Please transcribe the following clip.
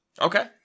Okay